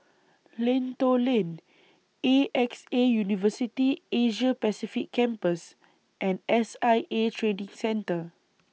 Lentor Lane A X A University Asia Pacific Campus and S I A Training Centre